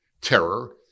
terror